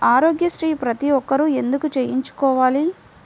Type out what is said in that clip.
ఆరోగ్యశ్రీ ప్రతి ఒక్కరూ ఎందుకు చేయించుకోవాలి?